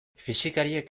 fisikariek